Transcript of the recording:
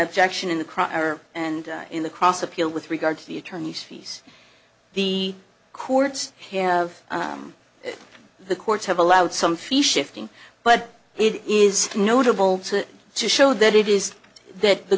objection in the crowd and in the cross appeal with regard to the attorney's fees the courts of the courts have allowed some fee shifting but it is notable to show that it is that the